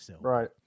Right